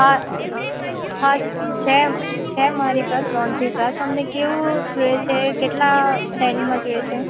હા હા છે મારી પાસે ત્રણ થી ચાર તમને કેવું જોઈએ છે કેટલા ટાઈમમાં જોઈએ છે